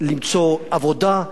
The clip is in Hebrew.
למצוא עבודה,